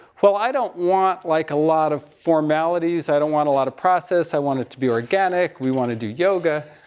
well, i don't want, like, a lot of formalities. i don't want a lot of process. i want it to be organic. we want to do yoga